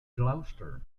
gloucester